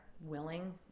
willing